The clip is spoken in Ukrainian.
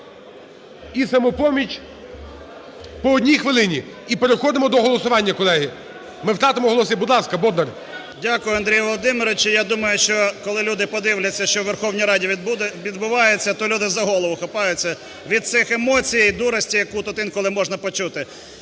І "Самопоміч". По одній хвилині. І переходимо до голосування, колеги. Ми втратимо голоси. Будь ласка, Бондар. 13:30:01 БОНДАР В.В. Дякую, Андрій Володимирович. Я думаю, що, коли люди подивляться, що у Верховній Раді відбувається, то люди за голову хапаються від цих емоцій і дурості, яку тут інколи можна почути.